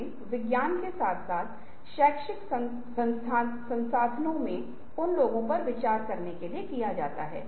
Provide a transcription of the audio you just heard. तो आपकी मुख्य समस्या यह है कि छात्रों को सीखना चाहिए